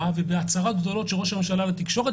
ובהצהרות גדולות של ראש הממשלה לתקשורת,